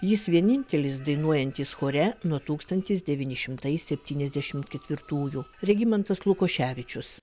jis vienintelis dainuojantis chore nuo tūkstantis devyni šimtai septyniasdešim ketvirtųjų regimantas lukoševičius